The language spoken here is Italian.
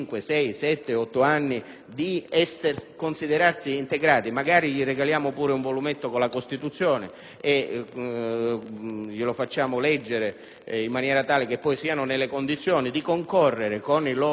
di considerarsi integrati; magari gli regaliamo pure un volumetto con la Costituzione e glielo facciamo leggere in maniera tale che siano nelle condizioni di concorrere con i loro coetanei italiani